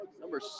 number